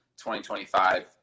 2025